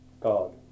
God